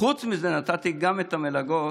וחוץ מזה נתתי גם את המלגות